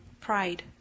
pride